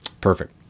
Perfect